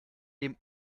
dem